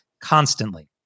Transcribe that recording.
constantly